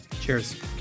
cheers